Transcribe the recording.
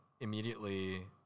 immediately